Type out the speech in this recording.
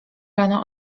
rano